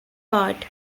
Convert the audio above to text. part